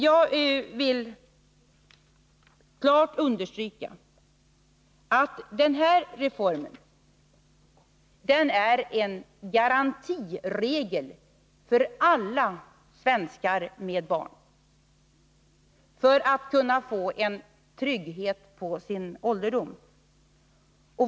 Jag vill klart understryka att den här reformen är en garantiregel för alla svenskar med barn att kunna få trygghet på sin ålderdom.